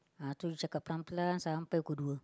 ah itu you cakap perlahan lahan sampai pukul dua